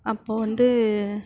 அப்போது வந்து